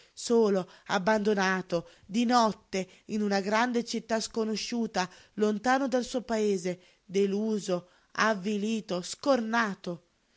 solo abbandonato di notte in una grande città sconosciuta lontano dal suo paese deluso avvilito scornato